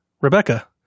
Rebecca